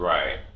Right